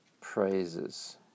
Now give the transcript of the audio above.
praises